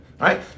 Right